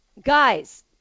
Guys